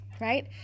Right